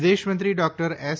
વિદેશમંત્રી doctor S